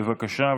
בבקשה,